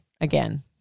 again